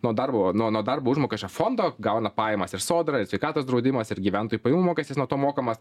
nuo darbo nuo nuo darbo užmokesčio fondo gauna pajamas ir sodra ir sveikatos draudimas ir gyventojų pajamų mokestis nuo to mokamas